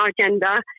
agenda